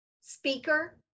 speaker